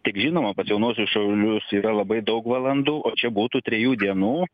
tik žinoma pas jaunuosius šaulius yra labai daug valandų o čia būtų trijų dienų